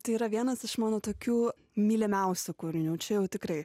tai yra vienas iš mano tokių mylimiausių kūrinių čia jau tikrai